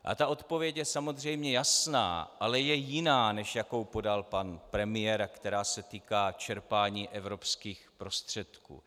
A ta odpověď je samozřejmě jasná, ale je jiná, než jakou podal pan premiér a která se týká čerpání evropských prostředků.